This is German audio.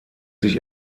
sich